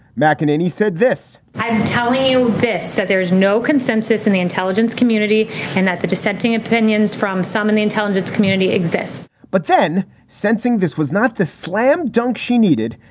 mceneaney said this i'm telling you this, that there is no consensus in the intelligence community and that the dissenting opinions from some in the intelligence community exist but then sensing this was not the slam dunk she needed,